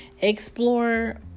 Explore